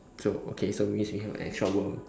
so okay so means become extra worm